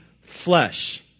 flesh